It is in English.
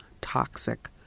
toxic